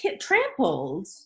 trampled